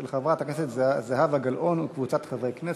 של חברת הכנסת זהבה גלאון וקבוצת חברי הכנסת.